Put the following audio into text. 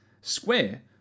square